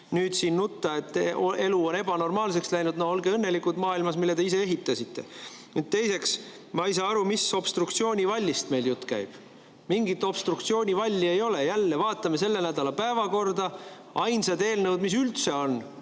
Nüüd siin nutta, et elu on ebanormaalseks läinud – no olge õnnelikud maailmas, mille te ise ehitasite. Teiseks, ma ei saa aru, mis obstruktsioonivallist meil jutt käib. Mingit obstruktsioonivalli ei ole. Jälle, vaatame selle nädala päevakorda: ainsad eelnõud, mis üldse on,